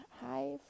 hi